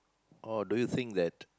or do you think that